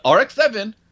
RX-7